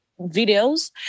videos